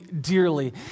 dearly